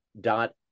dot